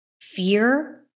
fear